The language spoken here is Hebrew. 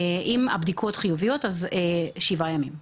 אם הבדיקות חיוביות זה שבעה ימים.